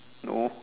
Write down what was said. no